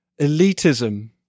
elitism